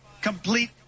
complete